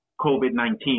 COVID-19